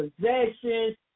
possessions